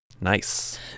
Nice